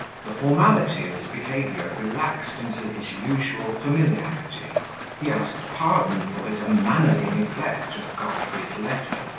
the formality of his behaviour relaxed into his usual familiarity he asked pardon for his unmannerly neglect of godfrey's letter,